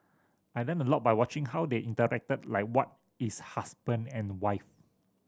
I learnt a lot by watching how they interacted like what is husband and wife